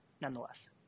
nonetheless